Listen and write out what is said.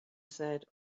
said